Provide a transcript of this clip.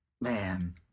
Man